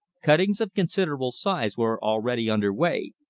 cuttings of considerable size were already under way,